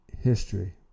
history